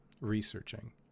researching